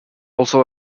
also